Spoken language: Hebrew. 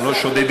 הם לא שודדים,